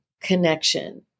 connection